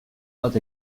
bat